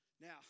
Now